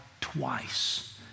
twice